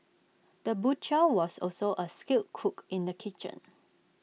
the butcher was also A skilled cook in the kitchen